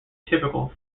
typical